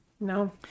No